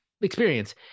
experience